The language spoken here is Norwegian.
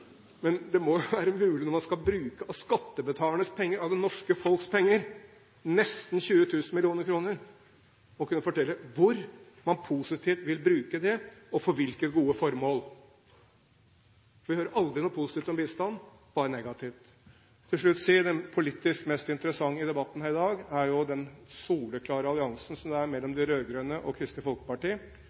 Men det må være mulig, når man skal bruke nesten 20 000 mill. kr av skattebetalernes penger – av det norske folks penger – å fortelle hvor man positivt vil bruke det, og til hvilke gode formål, for jeg hører aldri noe positivt om bistand, bare negativt. Til slutt vil jeg si at det politisk mest interessante i debatten her i dag, er den soleklare alliansen som er mellom de rød-grønne og Kristelig Folkeparti.